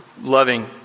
loving